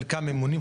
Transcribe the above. חלקם ממונים,